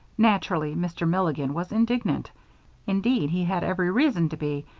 naturally mr. milligan was indignant indeed, he had every reason to be,